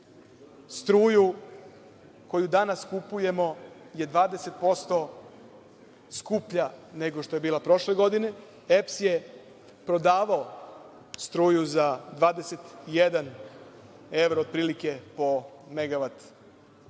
Struja koju danas kupujemo je 20% skuplja nego što je bila prošle godine. EPS je prodavao struju za 21 evro otprilike po megavat satu,